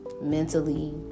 mentally